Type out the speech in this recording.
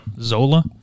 zola